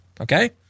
okay